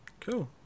Cool